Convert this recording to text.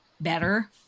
better